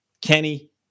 Kenny